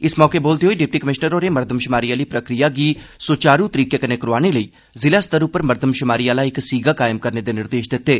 इस मौके बोलदे होई डिप्टी कमिशनर होरें मरदमशुमारी आह्ली प्रक्रिया गी सुचारू तरीके कन्नै करोआने लेई जिला स्तर उप्पर मरदमशुमारी आह्ला इक सीगा कायम करने दे निर्देश दित्ते